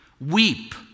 Weep